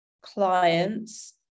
clients